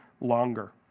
longer